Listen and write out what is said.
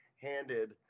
handed